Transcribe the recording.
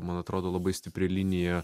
man atrodo labai stipri linija